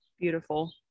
Beautiful